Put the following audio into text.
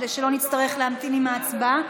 כדי שלא נצטרך להמתין עם ההצבעה.